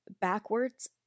backwards